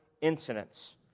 incidents